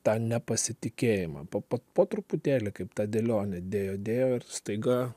tą nepasitikėjimą pa pa po truputėlį kaip tą dėlionę dėjo dėjo ir staiga